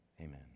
Amen